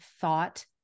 thought